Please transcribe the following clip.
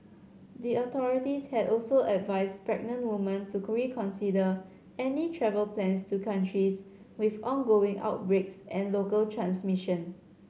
the authorities had also advised pregnant women to reconsider any travel plans to countries with ongoing outbreaks and local transmission